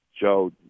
Joe